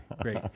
great